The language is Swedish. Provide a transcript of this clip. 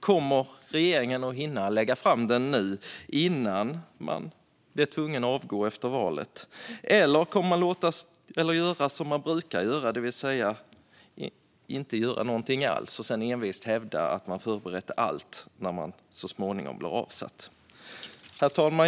Kommer regeringen att hinna lägga fram förslag om den innan man blir tvungen att avgå efter valet, eller kommer man att göra som man brukar göra, det vill säga att inte göra någonting alls och sedan envist hävda att man har förberett allt när man så småningom blir avsatt? Herr talman!